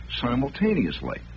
simultaneously